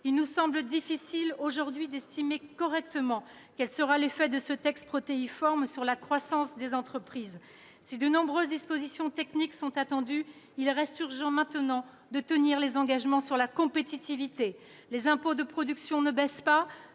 Il nous semble difficile aujourd'hui d'estimer correctement quel sera l'effet de ce texte protéiforme sur la croissance des entreprises. Si de nombreuses dispositions techniques sont attendues, il reste urgent, maintenant, de tenir les engagements sur la compétitivité. Les impôts de production ne baissent pas,